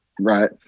right